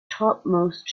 topmost